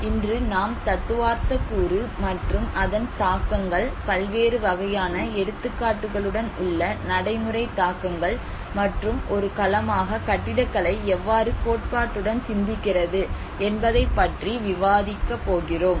இன்று நாம் தத்துவார்த்த கூறு மற்றும் அதன் தாக்கங்கள் பல்வேறு வகையான எடுத்துக்காட்டுகளுடன் உள்ள நடைமுறை தாக்கங்கள் மற்றும் ஒரு களமாக கட்டிடக்கலை எவ்வாறு கோட்பாட்டுடன் சிந்திக்கிறது என்பதைப் பற்றி விவாதிக்கப் போகிறோம்